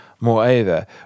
Moreover